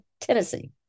Tennessee